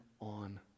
on